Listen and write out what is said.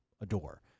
adore